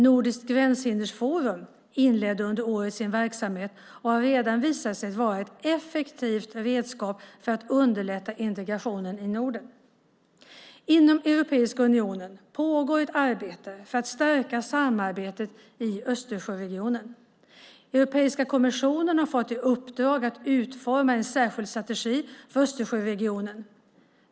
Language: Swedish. Nordiskt Gränshindersforum inledde under året sin verksamhet och har redan visat sig vara ett effektivt redskap för att underlätta integrationen i Norden. Inom Europeiska unionen pågår ett arbete för att stärka samarbetet i Östersjöregionen. Europeiska kommissionen har fått i uppdrag att utforma en särskild strategi för Östersjöregionen.